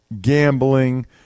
Gambling